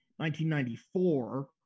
1994